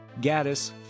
Gaddis